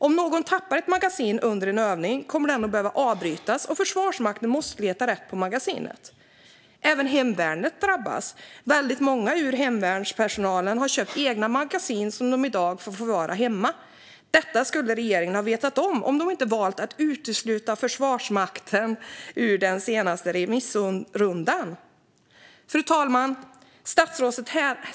Om någon tappar ett magasin under en övning kommer övningen att behöva avbrytas, och Försvarsmakten måste leta rätt på magasinet. Även hemvärnet drabbas. Väldigt många i hemvärnspersonalen har köpt egna magasin, som de i dag får förvara hemma. Detta skulle regeringen ha vetat om den inte hade valt att utesluta Försvarsmakten ur den senaste remissrundan. Fru talman!